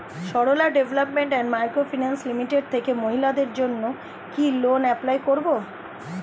Sarala development and micro finance limited থেকে মহিলাদের জন্য কি করে লোন এপ্লাই করব?